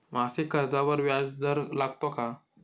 मासिक कर्जावर व्याज दर लागतो का?